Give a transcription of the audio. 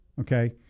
okay